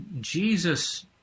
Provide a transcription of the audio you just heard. Jesus